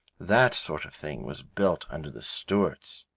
that sort of thing was built under the stuarts!